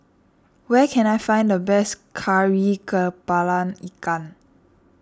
where can I find the best Kari Kepala Ikan